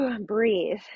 breathe